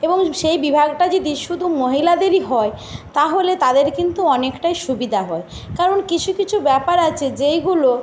এবং সেই বিভাগটা যদি শুধু মহিলাদেরই হয় তাহলে তাদের কিন্তু অনেকটাই সুবিধা হয় কারণ কিছু কিছু ব্যাপার আছে যেইগুলো